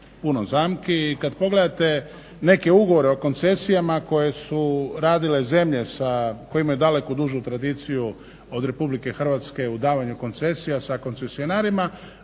puno zamki i kada pogledate neke ugovore o koncesijama koje su radile zemlje koje imaju daleko dužu tradiciju od RH u davanju koncesija sa koncesionarima,